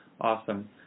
Awesome